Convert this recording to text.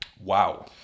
Wow